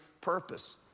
purpose